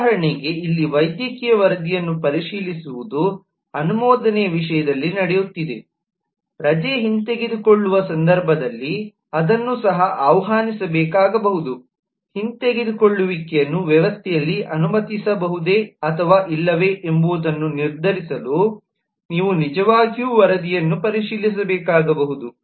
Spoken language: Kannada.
ಉದಾಹರಣೆಗೆ ಇಲ್ಲಿ ವೈದ್ಯಕೀಯ ವರದಿಯನ್ನು ಪರಿಶೀಲಿಸುವುದು ಅನುಮೋದನೆಯ ವಿಷಯದಲ್ಲಿ ನಡೆಯುತ್ತಿದೆ ರಜೆ ಹಿಂತೆಗೆದುಕೊಳ್ಳುವ ಸಂದರ್ಭದಲ್ಲಿ ಅದನ್ನು ಸಹ ಆಹ್ವಾನಿಸಬೇಕಾಗಬಹುದುಹಿಂತೆಗೆದುಕೊಳ್ಳುವಿಕೆಯನ್ನು ವ್ಯವಸ್ಥೆಯಲ್ಲಿ ಅನುಮತಿಸಬಹುದೇ ಅಥವಾ ಇಲ್ಲವೇ ಎಂಬುದನ್ನು ನಿರ್ಧರಿಸಲು ನೀವು ನಿಜವಾಗಿಯೂ ವರದಿಯನ್ನು ಪರಿಶೀಲಿಸಬೇಕಾಗಬಹುದು